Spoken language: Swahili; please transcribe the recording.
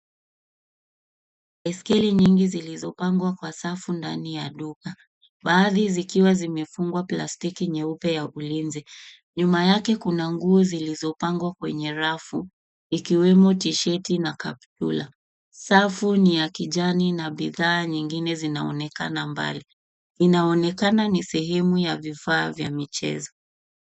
Baiskeli nyingi zilizopangwa kwa safu ndani ya duka. Baadhi zikiwa zimefungwa plastiki nyeupe ya ulinzi. Nyuma yake kuna nguo zilizopangwa kwenye rafu ikiwemo T-Shirt na kaptula. Safu ni ya kijani na bidhaa nyingine zinaonekana mbali. Inaonekana ni sehemu ya vifaa vya michezo.